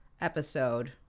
episode